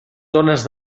tones